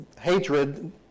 hatred